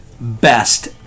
best